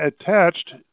attached